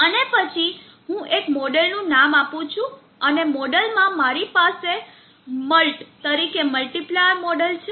અને પછી હું એક મોડેલનું નામ આપું છું અને મોડેલમાં મારી પાસે મલ્ટ તરીકે મલ્ટીપ્લાયર મોડેલ છે